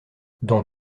dans